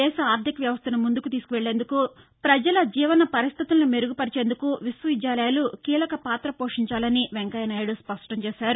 దేశ ఆర్లిక వ్యవస్తను ముందుకు తీసుకువెళ్లేందుకు ప్రజల జీవన పరిస్లితులు మెరుగు పరిచేందుకు విశ్వ విద్యాలయాలు కీలకపాత పోషించాలని వెంకయ్యనాయుడు స్పష్టంచేశారు